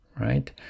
right